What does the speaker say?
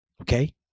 Okay